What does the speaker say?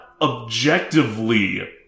objectively